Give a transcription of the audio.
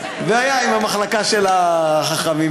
והיה עם המחלקה של החכמים,